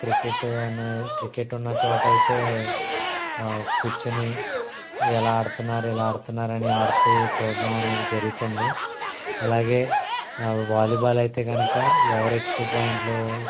cricket అనేది cricket ఉన్నచోట అయితే కూర్చొని ఎలా ఆడుతున్నారు ఇలా ఆడుతున్నారని ఆడుతూ చూడటం అనేది జరుగుతుంది అలాగే వాలీబాల్ అయితే కనుక ఎవరు ఎక్కువ పాయింట్లు